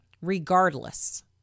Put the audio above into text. regardless